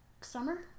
Summer